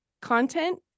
content